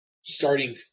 Starting